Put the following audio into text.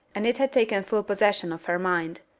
and it had taken full possession of her mind.